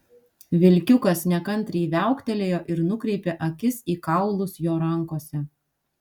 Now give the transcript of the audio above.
vilkiukas nekantriai viauktelėjo ir nukreipė akis į kaulus jo rankose